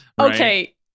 okay